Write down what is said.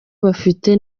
bafite